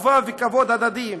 אחווה וכבוד הדדי.